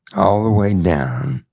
all the way down,